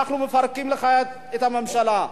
אנחנו מפרקים לך את הממשלה.